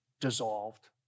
dissolved